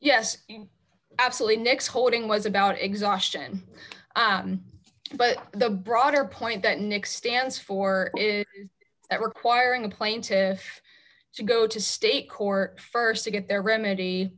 yes absolutely next holding was about exhaustion but the broader point that nick stands for is that requiring a plaintive to go to state court st to get their remedy